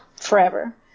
forever